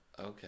Okay